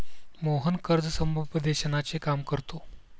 मोहन कर्ज समुपदेशनाचे काम करतो